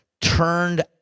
turned